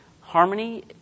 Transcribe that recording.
Harmony